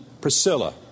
Priscilla